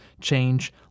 change